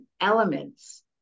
elements